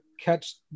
catch